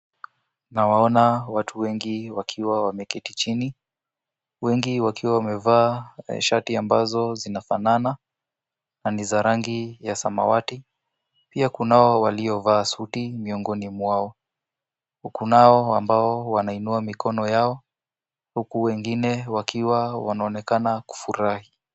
Nawaona watu wengi wakiwa wameketi chini. Wengi wakiwa wamevaa shati ambazo zinafanana na ni za rangi ya samawati. Pia kunao waliovaa suti miongoni mwao. Kunao ambao wanainua mikono yao, wengine wakionekana kufurahi.